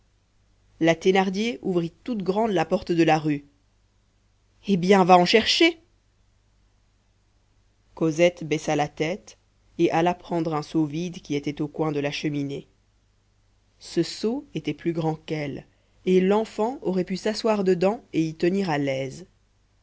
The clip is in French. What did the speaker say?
la thénardier ouvrit toute grande la porte de la rue eh bien va en chercher cosette baissa la tête et alla prendre un seau vide qui était au coin de la cheminée ce seau était plus grand qu'elle et l'enfant aurait pu s'asseoir dedans et y tenir à l'aise